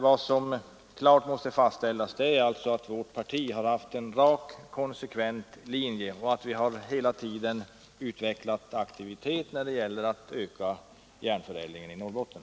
Vad som klart måste fastställas är dock att vårt parti har drivit en rak och konsekvent linje och att vi hela tiden har utvecklat aktivitet när det gällt att öka järnförädlingen i Norrbotten.